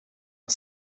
een